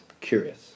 Curious